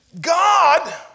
God